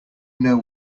know